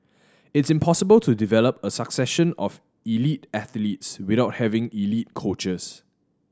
it's impossible to develop a succession of elite athletes without having elite coaches